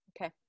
Okay